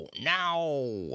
now